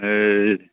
ꯑꯦ